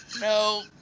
No